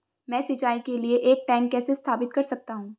मैं सिंचाई के लिए एक टैंक कैसे स्थापित कर सकता हूँ?